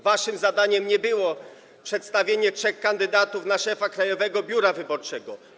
Waszym zadaniem nie było przedstawienie trzech kandydatów na szefa Krajowego Biura Wyborczego.